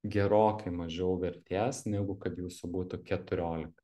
gerokai mažiau vertės negu kad jūsų būtų keturiolika